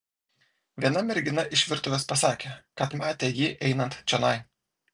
viena mergina iš virtuvės pasakė kad matė jį einant čionai